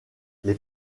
les